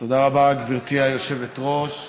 תודה רבה, גברתי היושבת-ראש.